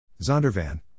Zondervan